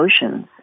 emotions